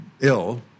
ill